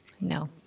No